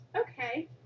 Okay